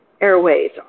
airways